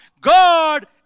God